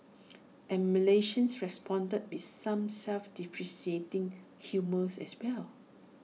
and Malaysians responded with some self deprecating humours as well